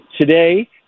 today